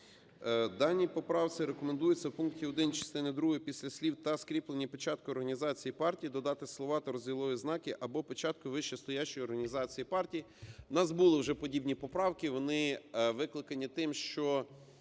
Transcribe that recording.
даній поправці рекомендується у пункті 1 частини другої після слів "та скріпленої печаткою організації партії" додати слова та розділові знаки "(або печаткою вище стоячої організації партії)". У нас були вже подібні поправки. Вони викликані тим, що